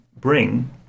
bring